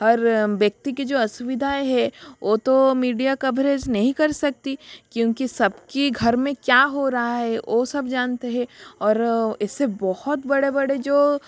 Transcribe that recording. हर व्यक्ति की जो असुविधा है ओ तो मीडिया कभ्रेज़ नहीं कर सकती क्योंकि सबकी घर में क्या हो रहा है ओ सब जानते है और इससे बहुत बड़े बड़े जो